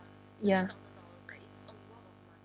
ya